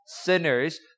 sinners